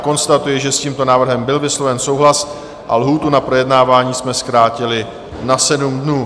Konstatuji, že s tímto návrhem byl vysloven souhlas a lhůtu na projednávání jsme zkrátili na 7 dnů.